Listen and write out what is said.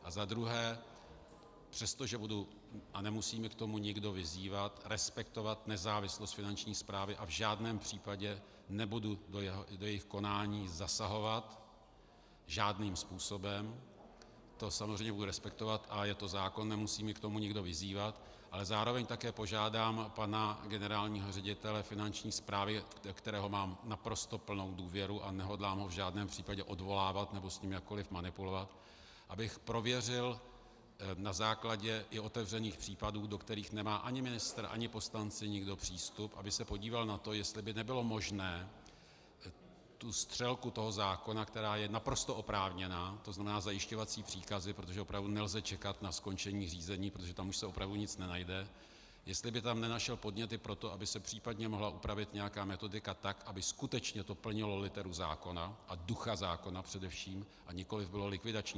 A za druhé, přestože budu, a nemusí mě k tomu nikdo vyzývat, respektovat nezávislost Finanční správy a v žádném případě nebudu do jejích konání zasahovat žádným způsobem, to samozřejmě budu respektovat a je to zákon, nemusí mě k tomu nikdo vyzývat, ale zároveň také požádám pana generálního ředitele Finanční správy, ve kterého mám naprosto plnou důvěru a nehodlám ho v žádném případě odvolávat nebo s ním jakkoliv manipulovat, abych prověřil na základě i otevřených případů, do kterých nemá ani ministr, ani poslanci, nikdo přístup, aby se podíval na to, jestli by nebylo možné tu střelku toho zákona, která je naprosto oprávněná, to znamená zajišťovací příkazy, protože opravdu nelze čekat na skončení řízení, protože tam už se opravdu nic nenajde, jestli by tam nenašel podněty pro to, aby se případně mohla upravit nějaká metodika tak, aby skutečně to plnilo literu zákona a ducha zákona především, a nikoliv bylo likvidační.